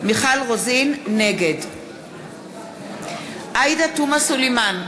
נגד עאידה תומא סלימאן,